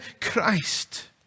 Christ